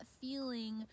feeling